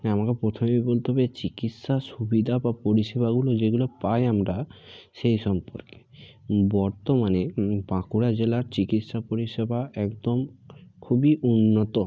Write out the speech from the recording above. আমরা প্রথমেই বলতে হবে চিকিৎসা সুবিধা বা পরিষেবাগুলি যেগুলো পাই আমরা সেই সম্পর্কে বর্তমানে বাঁকুড়া জেলার চিকিৎসা পরিষেবা একদম খুবই উন্নত